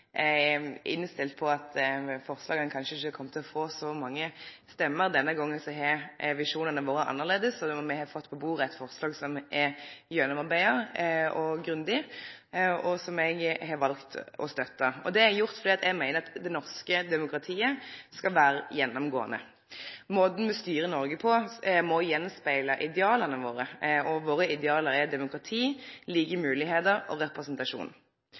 innstilt på at forslaga ikkje kom til å få så mange stemmer. Denne gongen har visjonane vore annleis. Me har fått på bordet eit forslag som er gjennomarbeidt og grundig, og som eg har valt å støtte. Det har eg gjort fordi eg meiner det norske demokratiet skal vere gjennomgåande. Måten me styrer Noreg på, må gjenspegle ideala våre, og våre ideal er demokrati, like moglegheiter og representasjon.